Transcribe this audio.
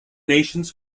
nations